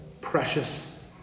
precious